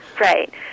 Right